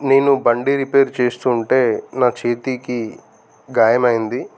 నేను బండి రిపేర్ చేస్తూ ఉంటే నా చేతికి గాయం అయ్యింది